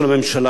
הכלכלית,